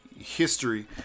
history